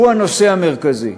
הוא הנושא המרכזי.